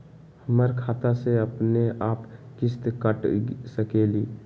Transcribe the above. हमर खाता से अपनेआप किस्त काट सकेली?